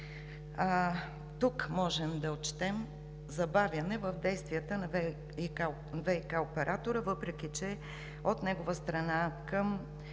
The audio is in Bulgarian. Тук можем да отчетем забавяне в действията на ВиК оператора, въпреки че от негова страна към